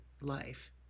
life